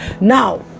Now